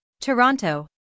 Toronto